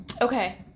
Okay